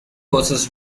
causes